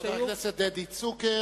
חבר הכנסת דדי צוקר,